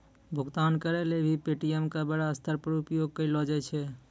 भुगतान करय ल भी पे.टी.एम का बड़ा स्तर पर उपयोग करलो जाय छै